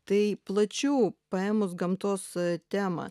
tai plačiau paėmus gamtos temą